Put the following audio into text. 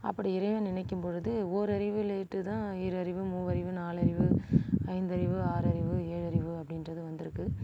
அப்படி இறைவன் நினைக்கும்பொழுது ஓரறிவுலேட்டுதான் ஈரறிவு மூவறிவு நாலறிவு ஐந்தறிவு ஆறறிவு ஏழறிவு அப்படின்றது வந்திருக்கு